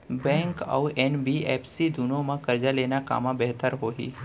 Bank अऊ NBFC दूनो मा करजा लेना कामा बेहतर होही?